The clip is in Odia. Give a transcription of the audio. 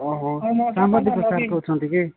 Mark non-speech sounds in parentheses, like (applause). ଓହୋ (unintelligible) କହୁଛନ୍ତି କି